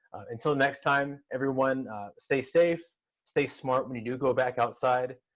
until next time, everyone stay safe stay smart when you do go back outside,